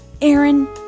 Aaron